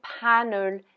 panel